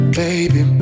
baby